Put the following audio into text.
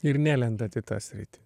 ir nelendat į tą sritį